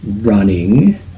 running